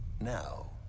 now